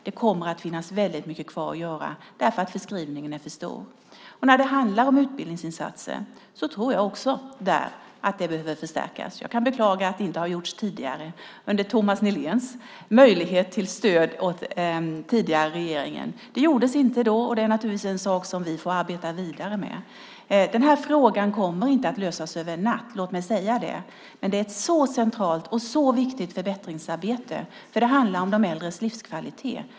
Det finns väldigt mycket kvar att göra eftersom förskrivningen är för stor. När det handlar om utbildningsinsatser tror jag att det behövs förstärkningar även där. Jag kan beklaga att det inte har gjorts tidigare, när Thomas Nihlén stödde den tidigare regeringen. Det gjordes inte då, och det är naturligtvis en sak som vi får arbeta vidare med. Den här frågan kommer inte att lösas över en natt, men det är ett centralt och viktigt förbättringsarbete. Det handlar om de äldres livskvalitet.